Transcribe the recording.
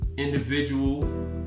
individual